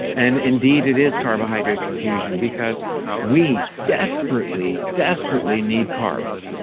and indeed it is carbohydrate confusion because we desperately, desperately need carbs.